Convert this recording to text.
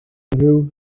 unrhyw